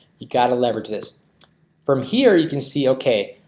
you got to leverage this from here. you can see okay.